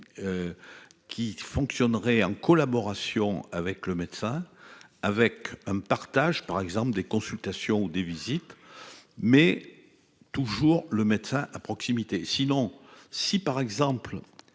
Qui fonctionnerait en collaboration avec le médecin avec un partage par exemple des consultations des visites mais. Toujours le médecin à proximité si long, si par exemple